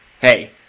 Hey